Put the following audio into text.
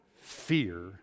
Fear